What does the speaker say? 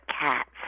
cats